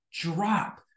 drop